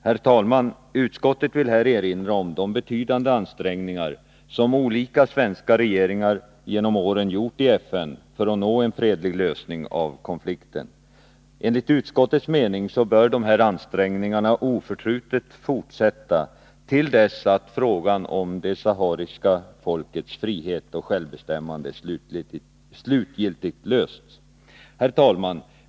Herr talman! Utskottet vill här erinra om de betydande ansträngningar som olika svenska regeringar genom åren har gjort i FN för att nå en fredlig lösning av konflikten. Enligt utskottets mening bör dessa ansträngningar oförtrutet fortsätta till dess att frågan om det sahariska folkets frihet och självbestämmande slutgiltigt lösts. Herr talman!